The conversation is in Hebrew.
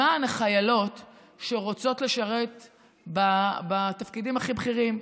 למען החיילות שרוצות לשרת בתפקידים הכי בכירים,